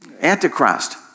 Antichrist